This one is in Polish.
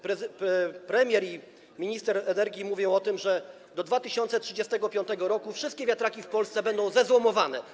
Premier i minister energii mówią o tym, że do 2035 r. wszystkie wiatraki w Polsce będą zezłomowane.